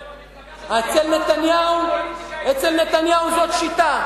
אתם המפלגה הכי, אצל נתניהו זאת שיטה: